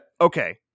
okay